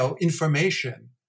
information